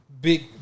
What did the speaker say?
big